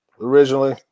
originally